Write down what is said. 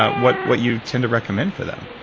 ah what what you tend to recommend for them?